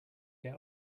get